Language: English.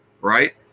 right